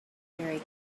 very